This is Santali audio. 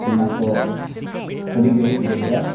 ᱚᱱᱟ ᱠᱚ ᱟᱹᱰᱤ ᱜᱟᱹᱦᱤᱨ ᱜᱟᱹᱦᱤᱨᱟ